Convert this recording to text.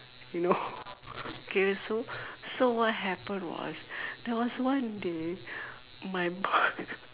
you know K so so what happen was there was one day my boy